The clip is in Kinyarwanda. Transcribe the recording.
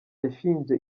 yashinje